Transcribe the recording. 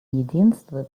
единство